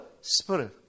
spirit